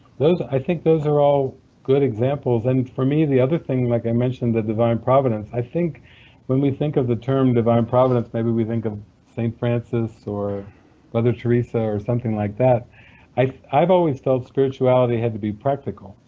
i think those are all good examples. and for me and the other thing, like i mentioned the divine providence, i think when we think of the term divine providence, maybe we think of saint francis or mother teresa or something like that i've i've always felt spirituality had to be practical.